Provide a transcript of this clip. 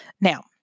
Now